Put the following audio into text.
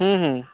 हूँ हूँ